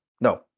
no